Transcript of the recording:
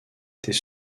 était